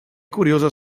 curioso